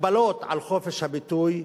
הגבלות על חופש הביטוי,